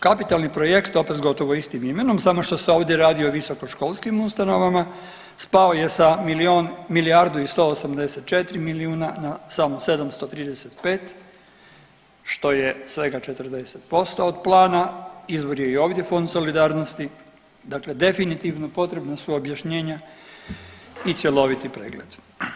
Kapitalni projekt opet gotovo s istim imenom samo što se ovdje radi o visokoškolskim ustanovama spao je sa milijun, milijardu i 184 milijuna na samo 735, što je svega 40% od plana, izvor je i ovdje Fond solidarnosti, dakle definitivno potrebna su objašnjenja i cjeloviti pregled.